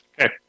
Okay